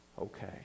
okay